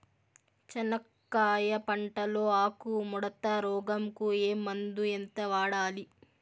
చెనక్కాయ పంట లో ఆకు ముడత రోగం కు ఏ మందు ఎంత వాడాలి?